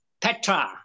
Petra